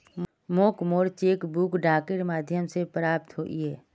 मोक मोर cheque book डाकेर माध्यम से प्राप्त होइए